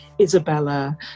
Isabella